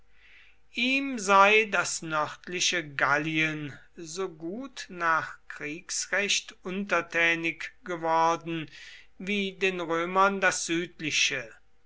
ihm sei das nördliche gallien so gut nach kriegsrecht untertänig geworden wie den römern das südliche